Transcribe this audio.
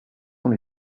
sont